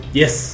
yes